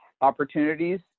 opportunities